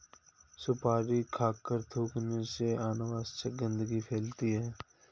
सुपारी खाकर थूखने से अनावश्यक गंदगी फैलती है